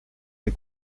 les